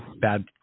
bad